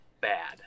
bad